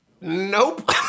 Nope